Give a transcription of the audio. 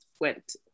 went